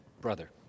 brother